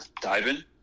diving